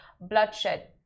bloodshed